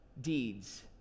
Deeds